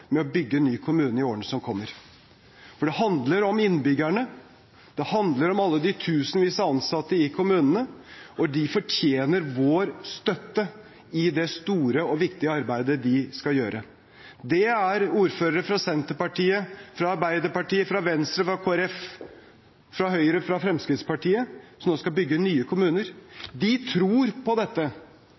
med å bygge nye kommuner i årene som kommer. Det handler om innbyggerne, og det handler om alle de tusenvis av ansatte i kommunene. De fortjener vår støtte i det store og viktige arbeidet de skal gjøre. Det er ordførere fra Senterpartiet, fra Arbeiderpartiet, fra Venstre, fra Kristelig Folkeparti, fra Høyre og fra Fremskrittspartiet som nå skal bygge nye kommuner. De tror på dette.